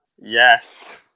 Yes